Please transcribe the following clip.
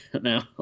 now